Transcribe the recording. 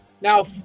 Now